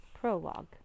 Prologue